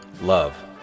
Love